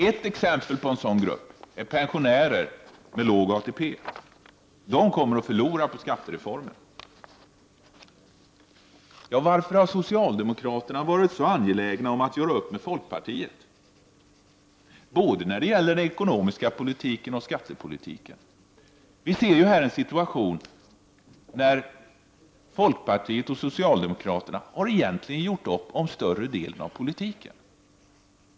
Ett exempel på en sådan grupp är pensionärer med låg ATP. De kommer att förlora på skattereformen. Varför har då socialdemokraterna varit så angelägna om att göra upp med folkpartiet både när det gäller den ekonomiska politiken och när det gäller skattepolitiken? Vi ser här en situation där folkpartiet och socialdemokraterna egentligen har gjort upp om större delen av politiken.